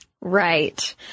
Right